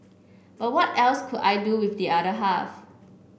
but what else could I do with the other half